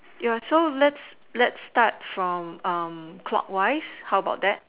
you're so let's let's start from um clockwise how about that